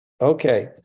okay